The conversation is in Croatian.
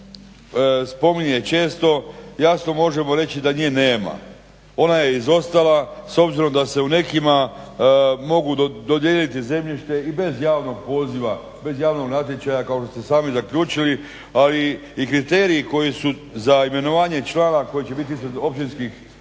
ovdje spominje često jasno možemo reći da nje nema, ona je izostala. S obzirom da se u nekima mogu dodijeliti zemljište i bez javnog poziva, bez javnog natječaja kao što ste sami zaključili, ali i kriteriji koji su za imenovanje člana koji će biti ispred općinskih